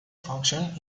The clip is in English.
function